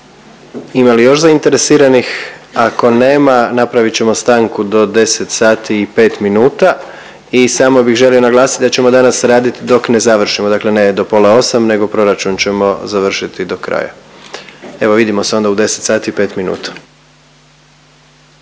Ima li još zainteresiranih? Ako nema napravit ćemo stanku do 10 sati i 5 minuta i samo bih želio naglasit da ćemo danas radit dok ne završimo, dakle ne do pola 8 nego proračun ćemo završiti do kraja. Evo vidimo se onda u 10 sati i 5 minuta.